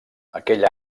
aquell